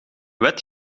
wet